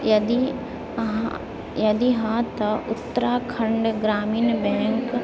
यदि हँ यदि हँ तऽ